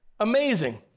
Amazing